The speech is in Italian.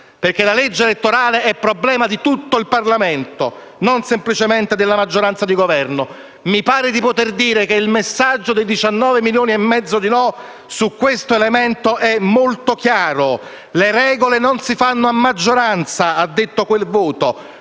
perché la legge elettorale è problema di tutto il Parlamento, e non semplicemente della maggioranza di Governo. Mi pare di poter dire che il messaggio dei 19 milioni e mezzo di no su questo elemento sia molto chiaro: le regole non si fanno a maggioranza - ha detto quel voto